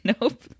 nope